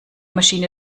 maschine